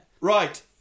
Right